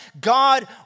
God